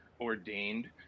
ordained